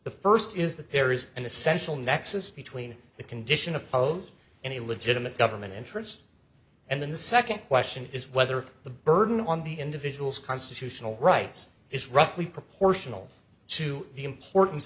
the first is that there is an essential nexus between the condition of pows any legitimate government interest and then the second question is whether the burden on the individual's constitutional rights is roughly proportional to the importance